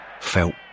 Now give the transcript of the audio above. felt